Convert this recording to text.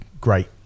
great